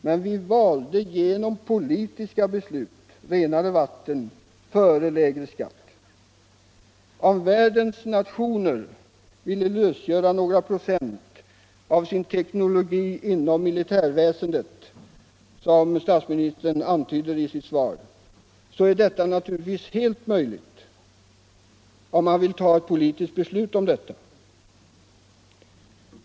Men vi valde genom politiska beslut renare vatten före lägre skatt. Om världens nationer ville lösgöra några procent av sin teknologi inom militärväsendet, som statsministern antyder i sitt svar, är det naturligtvis helt möjligt att fatta ett politiskt beslut om det.